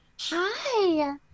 hi